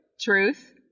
truth